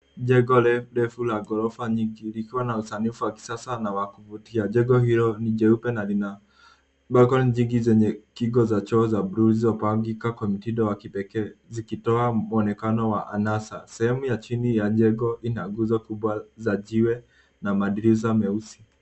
Jengo refu la ghorofa nyingi likiwa na usanifu wa kisasa na wa kuvutia. Jengo hilo ni jeupe na lina balcony jingi zenye kingo za choo za buluu zilizopangika kwa mtindo wa kipekee ukitoa muonekano wa anasa. Sehemu ya chini ya jengo ina nguzo kubwa za jiwe na madirisha meusi.